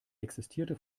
existierte